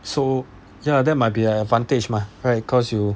so ya that might be an advantage mah right cause you